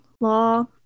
law